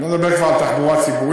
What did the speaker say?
אני כבר לא מדבר על תחבורה ציבורית,